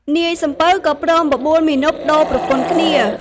នាយសំពៅក៏ព្រមបបួលមាណពដូរប្រពន្ធគ្នា។